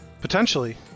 Potentially